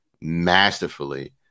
masterfully